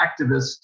activists